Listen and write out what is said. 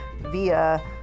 via